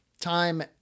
time